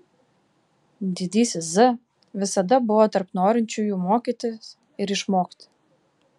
didysis z visada buvo tarp norinčiųjų mokytis ir išmokti